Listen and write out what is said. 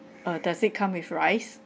uh does it come with rice